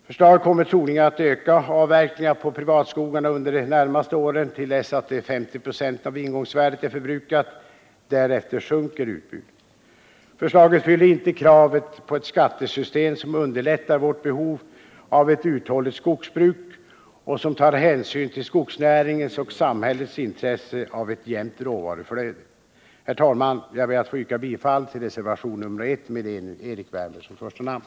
Förslaget kommer troligen att öka avverkningen på privatskogarna under de närmaste åren till dess de 50 procenten av ingångsvärdet är förbrukade. Därefter sjunker utbudet. Förslaget fyller inte kravet på ett skattesystem som underlättar vårt behov av ett uthålligt skogsbruk och tar hänsyn till skogsnäringens och samhällets intresse av ett jämnt råvaruflöde. Herr talman! Jag ber att få yrka bifall till reservationen 1 med Erik Wärnberg som första namn.